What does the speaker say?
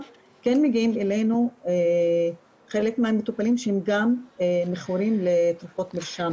מגיעים אלינו חלק מהמטופלים שהם גם מכורים לתרופות מרשם.